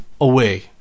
away